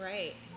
Right